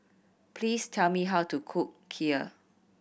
please tell me how to cook Kheer